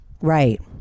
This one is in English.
Right